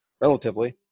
Relatively